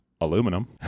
aluminum